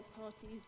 parties